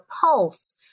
pulse